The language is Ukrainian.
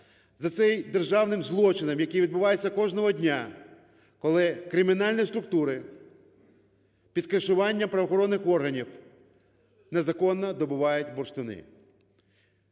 за цим державним злочином, який відбувається кожного дня, коли кримінальні структури під кришуванням правоохоронних органів незаконно добувають бурштини.